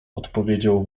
odpowiedział